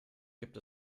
gibt